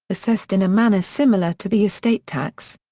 assessed in a manner similar to the estate tax.